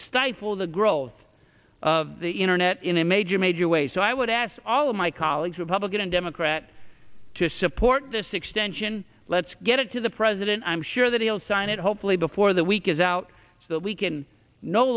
stifle the growth of the internet in a major major way so i would ask all of my colleagues republican and democrat to support this extension let's get it to the president i'm sure that he'll sign it hopefully before the week is out so that we can no